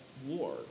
War